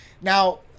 Now